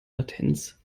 latenz